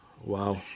Wow